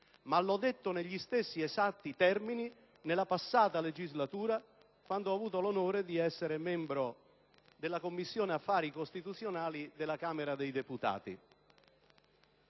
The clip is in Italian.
ma l'ho detto negli stessi esatti termini nella passata legislatura, quando ho avuto l'onore di essere membro della Commissione affari costituzionali della Camera dei deputati.